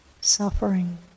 suffering